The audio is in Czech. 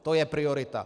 To je priorita.